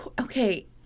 okay